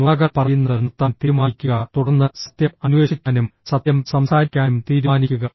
നുണകൾ പറയുന്നത് നിർത്താൻ തീരുമാനിക്കുക തുടർന്ന് സത്യം അന്വേഷിക്കാനും സത്യം സംസാരിക്കാനും തീരുമാനിക്കുക